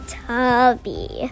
tubby